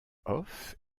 off